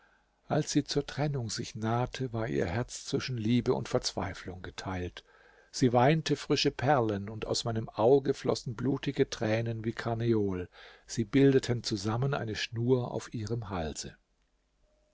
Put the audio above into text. als sie zur trennung sich nahte war ihr herz zwischen liebe und verzweiflung geteilt sie weinte frische perlen und aus meinem auge flossen blutige tränen wie karneol sie bildeten zusammen eine schnur auf ihrem halse